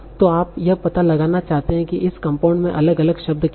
तो आप यह पता लगाना चाहते हैं कि इस कंपाउंड में अलग अलग शब्द क्या हैं